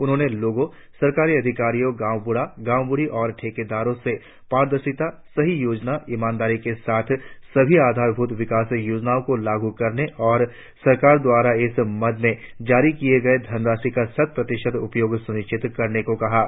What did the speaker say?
उन्होंने लोगों सरकारी अधिकारियों गांव ब्रढ़ा गांव ब्रढ़ी और ठेकेदारों से पारदर्शिता सही योजना ईमानदारी के साथ सभी आधारभूत विकास योजनाओं को लागू करने और सरकार द्वारा इस मद में जारी की गई धनराशि का शत प्रतिशत उपयोग सुनिश्चित करने को कहा है